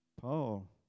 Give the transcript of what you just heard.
Paul